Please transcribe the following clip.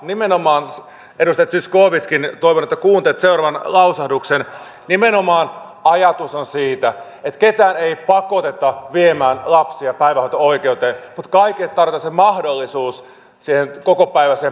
nimenomaan edustaja zyskowicz toivon että kuuntelette seuraavan lausahduksen ajatus on se että ketään ei pakoteta viemään lapsia päivähoitoon mutta kaikille tarjotaan se mahdollisuus siihen kokopäiväiseen päivähoitoon